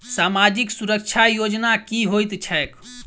सामाजिक सुरक्षा योजना की होइत छैक?